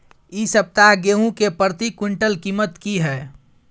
इ सप्ताह गेहूं के प्रति क्विंटल कीमत की हय?